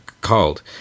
called